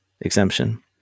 exemption